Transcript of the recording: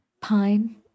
Pine